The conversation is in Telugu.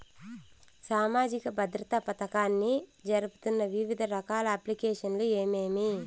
సామాజిక భద్రత పథకాన్ని జరుపుతున్న వివిధ రకాల అప్లికేషన్లు ఏమేమి?